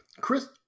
Chris